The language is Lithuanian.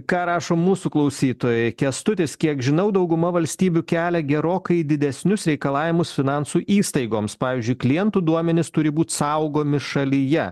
ką rašo mūsų klausytojai kęstutis kiek žinau dauguma valstybių kelia gerokai didesnius reikalavimus finansų įstaigoms pavyzdžiui klientų duomenys turi būt saugomi šalyje